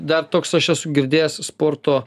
dar toks aš esu girdėjęs sporto